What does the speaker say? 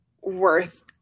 worth